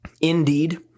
indeed